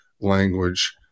language